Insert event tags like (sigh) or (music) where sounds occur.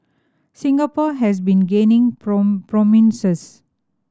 Singapore has been gaining (unintelligible) prominence